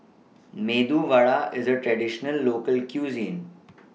Medu Vada IS A Traditional Local Cuisine